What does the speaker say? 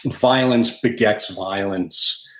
and violence begets violence,